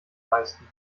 leisten